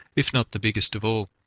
if not the biggest of all.